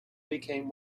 became